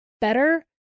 better